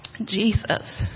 Jesus